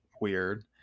Weird